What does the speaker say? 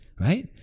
right